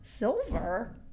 Silver